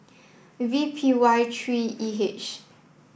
V P Y three E H